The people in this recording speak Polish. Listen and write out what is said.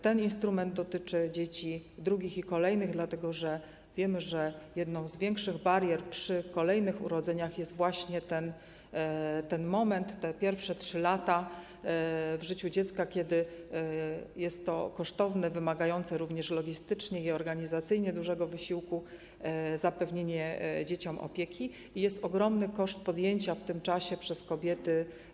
Ten instrument dotyczy dzieci drugich i kolejnych, dlatego że wiemy, że jedną z większych barier przy kolejnych urodzeniach jest właśnie ten moment, pierwsze 3 lata w życiu dziecka, kiedy potrzebne jest kosztowne, wymagające również logistycznie i organizacyjnie dużego wysiłku zapewnienie dzieciom opieki i jest to ogromny koszt podjęcia w tym czasie pracy przez kobiety.